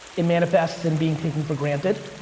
it manifests in being taken for granted.